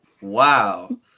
Wow